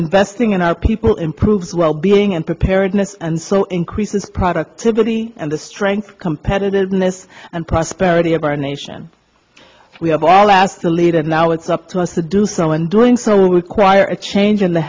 investing in our people improves wellbeing and preparedness and so increases productivity and the strength competitiveness and prosperity of our nation we have all asked to lead and now it's up to us to do so and doing so we require a change in the